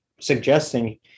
suggesting